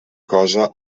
cosa